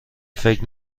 فکر